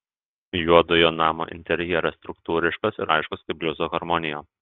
juodojo namo interjeras struktūriškas ir aiškus kaip bliuzo harmonija